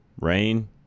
rain